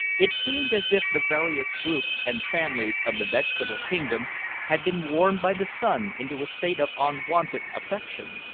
it seemed as if the various groups and families of the vegetable kingdom had been warmed by the sun into a state of unwonted affection,